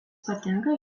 patenka